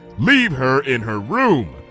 leave her in her room!